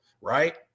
right